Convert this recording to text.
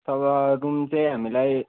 अब रुम चाहिँ हामीलाई